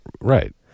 Right